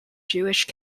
jewish